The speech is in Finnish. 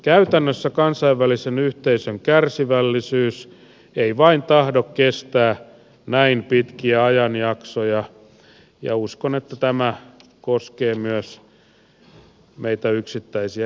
käytännössä kansainvälisen yhteisön kärsivällisyys ei vain tahdo kestää näin pitkiä ajanjaksoja ja uskon että tämä koskee myös meitä yksittäisiä ihmisiä